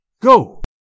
Go